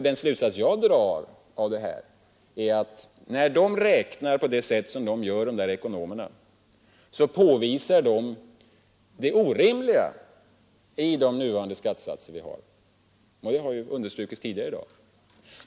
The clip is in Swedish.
Den slutsats jag drar av detta är att när de räknar på detta sätt påvisar de det orimliga i de nuvarande skattesatserna — detta har understrukits tidigare i dag.